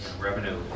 revenue